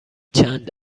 چند